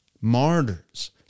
martyrs